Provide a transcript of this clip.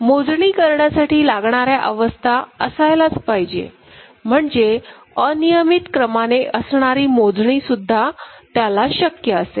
मोजणी करण्यासाठी लागणाऱ्या अवस्था असायलाच पाहिजे म्हणजे अनियमित क्रमाने असणारी मोजणी करणे सुद्धा त्याला शक्य असेल